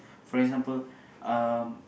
for example um